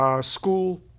School